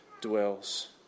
dwells